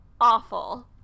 awful